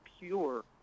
pure